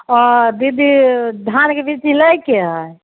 दीदी धानके बीजी लैके हइ